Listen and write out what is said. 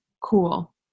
cool